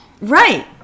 right